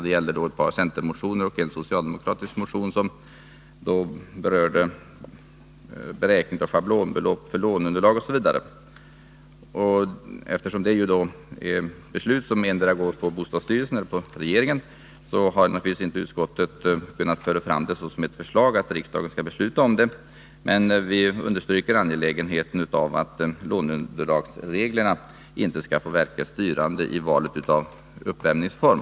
Det gäller ett par centermotioner och en socialdemokratisk motion som bl.a. berör beräkningen av schablonbelopp för låneunderlag. Eftersom det här är fråga om beslut som fattas av endera bostadsstyrelsen eller regeringen, har utskottet naturligtvis inte kunnat föreslå att riksdagen skall fatta beslut. Men vi understryker angelägenheten av att låneunderlagsreglerna inte skall få verka styrande i valet av uppvärmningsform.